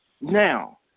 now